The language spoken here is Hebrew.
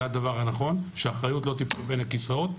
זה הדבר הנכון, שהאחריות לא תיפול בין הכיסאות.